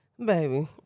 Baby